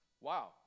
Wow